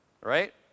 right